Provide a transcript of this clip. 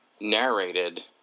narrated